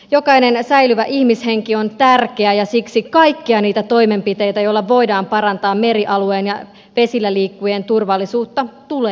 jokainen säilyvä ihmishenki on tärkeä ja siksi kaikkia niitä toimenpiteitä joilla voidaan parantaa merialueen ja vesilläliikkujien turvallisuutta tulee suosia